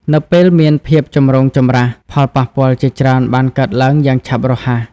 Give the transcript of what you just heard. នៅពេលមានភាពចម្រូងចម្រាស ផលប៉ះពាល់ជាច្រើនបានកើតឡើងយ៉ាងឆាប់រហ័ស។